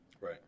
Right